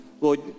Lord